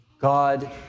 God